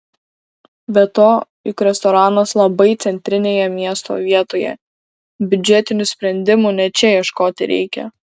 be to juk restoranas labai centrinėje miesto vietoje biudžetinių sprendimų ne čia ieškoti reikia